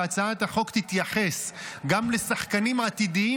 שהצעת החוק תתייחס גם לשחקנים עתידיים